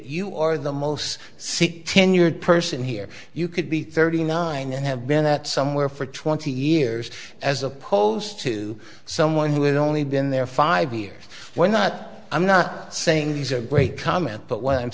you are the most sick tenured person here you could be thirty nine and have been that somewhere for twenty years as opposed to someone who had only been there five years we're not i'm not saying these are great comment but what i'm